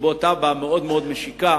שבו טאבה מאוד מאוד משיקה